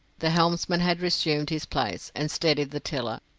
the helmsman had resumed his place, and steadied the tiller,